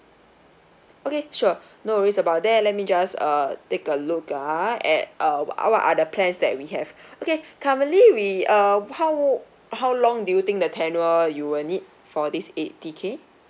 okay sure no worries about that let me just uh take a look ah at our our other plans that we have okay currently we um how how long do you think the tenure you will need for this eighty K